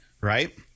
right